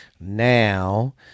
Now